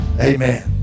Amen